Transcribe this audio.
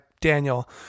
Daniel